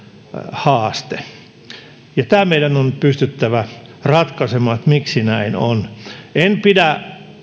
haaste tämä meidän on pystyttävä ratkaisemaan miksi näin on en pidä